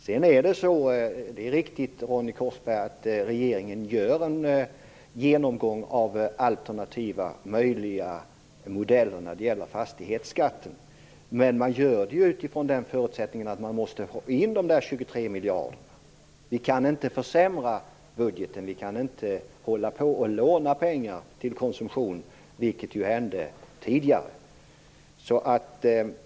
Det är riktigt, Ronny Korsberg, att regeringen gör en genomgång av alternativa möjliga modeller för fastighetsskatten men utifrån förutsättningen att man får in de 23 miljarderna. Vi kan inte försämra budgeten. Vi kan inte låna pengar till konsumtion, vilket hände tidigare.